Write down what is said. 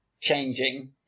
changing